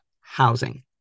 housing